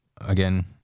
again